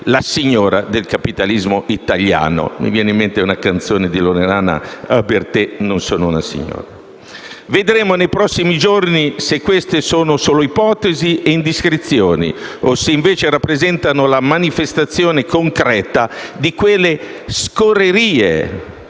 la signora del capitalismo italiano (mi viene in mente una canzone di Loredana Bertè: «Non sono una signora»). Vedremo nei prossimi giorni se queste sono solo ipotesi e indiscrezioni o se invece rappresentano la manifestazione concreta di quelle scorrerie,